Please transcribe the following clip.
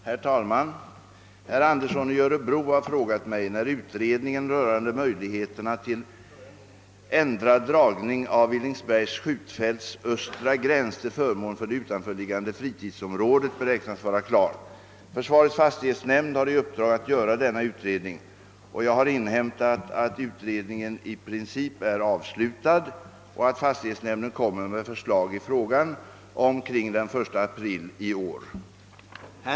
Herr talman! Herr Andersson i Örebro har frågat mig när utredningen rörande möjligheterna till ändrad dragning av Villingsbergs skjutfälts östra gräns till förmån för det utanför liggande fritidsområdet beräknas vara klar. Försvarets fastighetsnämnd har i uppdrag att göra denna utredning. Jag har inhämtat att utredningen i princip är avslutad och att fastighetsnämnden kommer att framlägga förslag i frågan omkring den 1 april 1969.